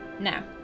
Now